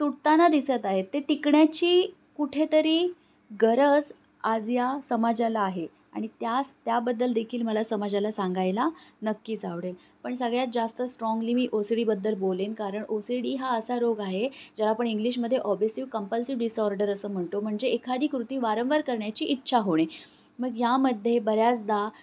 तुटताना दिसत आहे ते टिकण्याची कुठेतरी गरज आज या समाजाला आहे आणि त्यास त्याबद्दल देखील मला समाजाला सांगायला नक्कीच आवडेल पण सगळ्यात जास्त स्ट्राँगली मी ओ सी डीबद्दल बोलेन कारण ओ सी डी हा असा रोग आहे ज्याला आपण इंग्लिशमध्ये ऑबेसिव्ह कंपल्सरी डिसऑर्डर असं म्हणतो म्हणजे एखादी कृती वारंवार करण्याची इच्छा होणे मग यामध्ये बऱ्याचदा